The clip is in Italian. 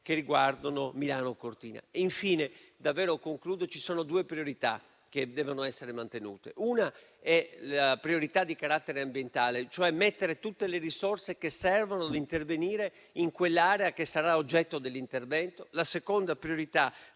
che riguardano Milano-Cortina. Ci sono, in conclusione, due priorità che devono essere mantenute. La prima è di carattere ambientale ed è volta a mettere tutte le risorse che servono ad intervenire nell'area che sarà oggetto dell'intervento. La seconda priorità